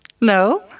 No